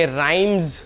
rhymes